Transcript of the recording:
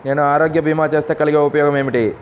నేను ఆరోగ్య భీమా చేస్తే కలిగే ఉపయోగమేమిటీ?